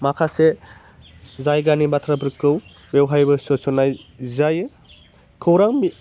माखासे जायगानि बाथ्राफोरखौ बेवहायबो सोस'ननाय जायो खौरां